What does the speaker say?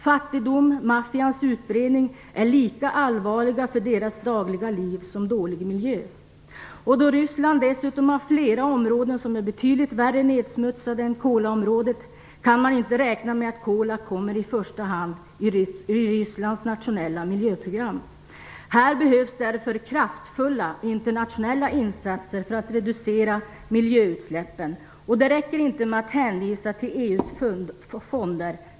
Fattigdom och maffians utbredning är lika allvarliga för deras dagliga liv som dålig miljö. Då Ryssland dessutom har flera områden som är betydligt värre nedsmutsade än Kolaområdet kan man inte räkna med att Kola kommer i första hand i Rysslands nationella miljöprogram. Här behövs därför kraftfulla internationella insatser för att reducera miljöutsläppen. Det räcker inte med att hänvisa till EU:s fonder.